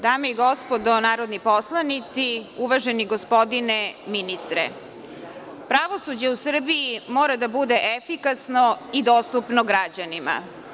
Dame i gospodo narodni poslanici, uvaženi gospodine ministre, pravosuđe u Srbiji mora da bude efikasno i dostupno građanima.